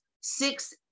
six